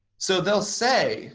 so, they'll say